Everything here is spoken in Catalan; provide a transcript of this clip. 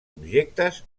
objectes